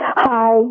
Hi